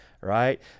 right